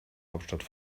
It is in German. hauptstadt